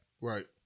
right